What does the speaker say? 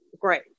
great